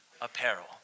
apparel